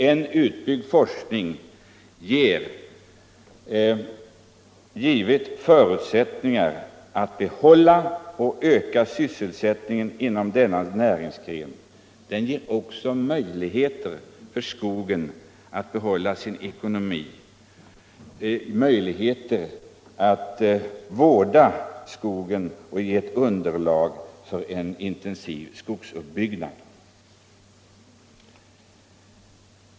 En utbyggd forskning ger förutsättningar att behålla och öka sysselsättningen inom denna näringsgren. Den ger också möjligheter för skogen att behålla sin ekonomi och möjligheter att vårda skogen och ge ett underlag för en intensiv skogsuppbyggnad.